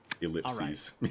ellipses